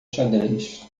xadrez